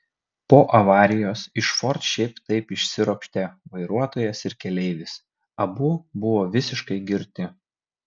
po avarijos iš ford šiaip taip išsiropštė vairuotojas ir keleivis abu buvo visiškai girti